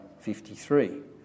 53